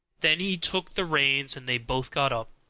then he took the reins, and they both got up.